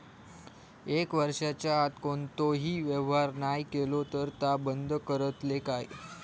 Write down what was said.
एक वर्षाच्या आत कोणतोही व्यवहार नाय केलो तर ता बंद करतले काय?